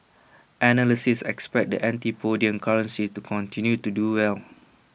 analysts expect the antipodean currencies to continue to do well